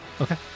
Okay